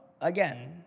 again